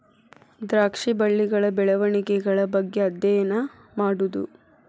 ದ್ರಾಕ್ಷಿ ಬಳ್ಳಿಗಳ ಬೆಳೆವಣಿಗೆಗಳ ಬಗ್ಗೆ ಅದ್ಯಯನಾ ಮಾಡುದು